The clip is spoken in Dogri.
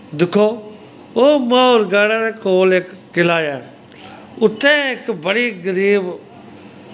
दिक्खो ओ महौरगढ़ै दे कोल इक्क किला ऐ उत्थै इक बड़ी गरीब